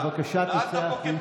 בבקשה תצא החוצה.